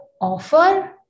offer